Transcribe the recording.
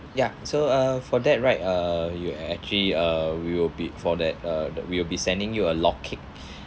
ya so uh for that right uh you actually uh we will be for that uh that we will be sending you a log cake